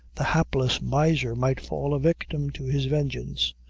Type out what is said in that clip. the hapless miser might fall a victim to his vengeance.